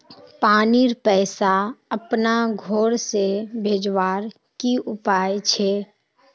पानीर पैसा अपना घोर से भेजवार की उपाय छे?